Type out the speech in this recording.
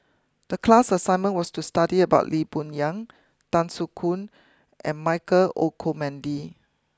the class assignment was to study about Lee Boon Yang Tan Soo Khoon and Michael Olcomendy